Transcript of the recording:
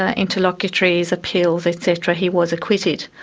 ah interlocutories, appeals et cetera, he was acquitted.